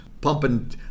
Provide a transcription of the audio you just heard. pumping